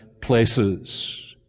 places